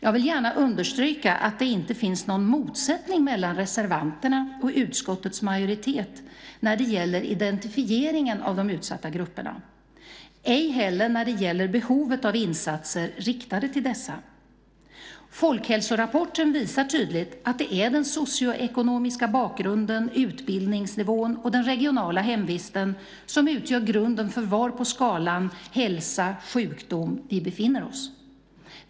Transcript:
Jag vill gärna understryka att det inte finns någon motsättning mellan reservanterna och utskottets majoritet när det gäller identifieringen av de utsatta grupperna, ej heller när det gäller behovet av insatser riktade till dessa. Folkhälsorapporten visar tydligt att det är den socioekonomiska bakgrunden, utbildningsnivån och den regionala hemvisten som utgör grunden för var på skalan hälsa-sjukdom vi befinner oss.